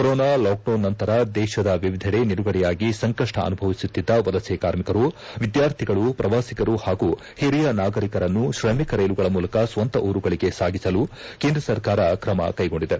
corona lockdown ನಂತರ ದೇಶದ ವಿವಿಧೆಡೆ ನಿಲುಗಡೆಯಾಗಿ ಸಂಕಷ್ಟ ಅನುಭವಿಸುತ್ತಿದ್ದ ವಲಸೆ ಕಾರ್ಮಿಕರು ವಿದ್ವಾರ್ಥಿಗಳು ಪ್ರವಾಸಿಗರು ಮತ್ತು ಹಿರಿಯ ನಾಗರಿಕರನ್ನು ತ್ರಮಿಕ ರೈಲುಗಳ ಮೂಲಕ ಸ್ವಂತ ಊರುಗಳಿಗೆ ಸಾಗಿಸಲು ಕೇಂದ್ರ ಸರ್ಕಾರ ಕ್ರಮ ಕೈಗೊಂಡಿದೆ